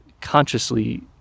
consciously